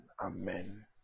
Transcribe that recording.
Amen